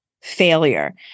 failure